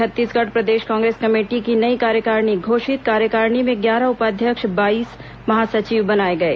छत्तीसगढ़ प्रदेश कांग्रेस कमेटी की नई कार्यकारिणी घोषित कार्यकारिणी में ग्यारह उपाध्यक्ष और बाईस महासचिव बनाए गए